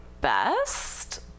best